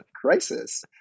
crisis